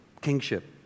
kingship